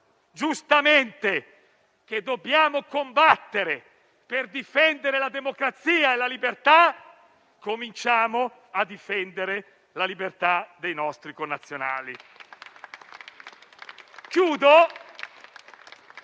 giustamente che dobbiamo combattere per difendere la democrazia e la libertà, cominciamo a difendere la libertà dei nostri connazionali.